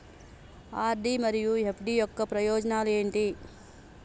RD మరియు FD యొక్క ప్రయోజనాలు ఏంటి?